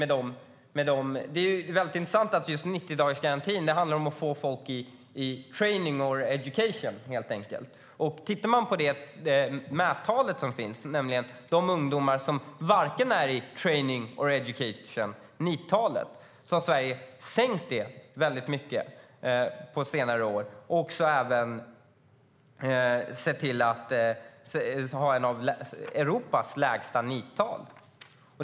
Det är väldigt intressant att just 90-dagarsgarantin handlar om att få in folk i training or education. Om man tittar på det mättal som finns för ungdomar som inte är i training or education - NEET-talet - ser man att Sverige har sänkt detta tal väldigt mycket på senare år och har ett av Europas lägsta NEET-tal.